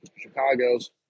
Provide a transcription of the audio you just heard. Chicago's